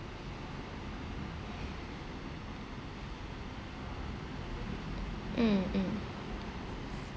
mm mm